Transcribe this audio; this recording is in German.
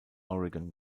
oregon